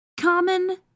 Common